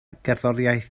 gerddoriaeth